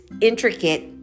intricate